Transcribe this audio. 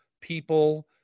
people